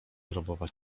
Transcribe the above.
grobowa